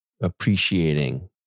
appreciating